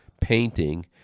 painting